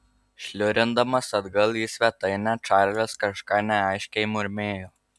šliurindamas atgal į svetainę čarlis kažką neaiškiai murmėjo